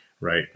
Right